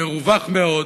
מרווח מאוד,